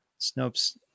Snopes